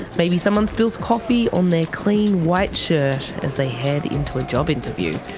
maybe someone spills coffee on their clean white shirt as they head into a job interview.